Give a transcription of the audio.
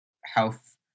health